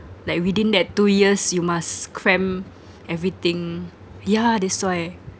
like within that two years you must cram everything yeah that's why